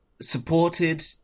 supported